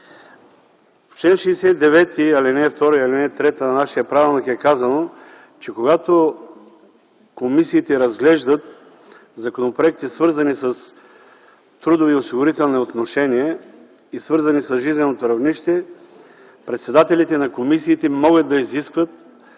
В чл. 69, ал. 2 и ал. 3 на нашия правилник е казано, че когато комисиите разглеждат законопроекти, свързани с трудови осигурителни отношения, свързани с жизненото равнище, председателите на комисиите могат да изискат